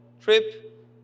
trip